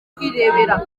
kwirebera